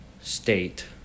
state